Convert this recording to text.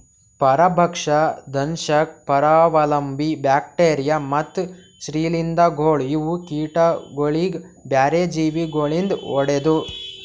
ಪರಭಕ್ಷ, ದಂಶಕ್, ಪರಾವಲಂಬಿ, ಬ್ಯಾಕ್ಟೀರಿಯಾ ಮತ್ತ್ ಶ್ರೀಲಿಂಧಗೊಳ್ ಇವು ಕೀಟಗೊಳಿಗ್ ಬ್ಯಾರೆ ಜೀವಿ ಗೊಳಿಂದ್ ಹೊಡೆದು